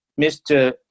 Mr